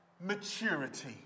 maturity